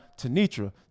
Tanitra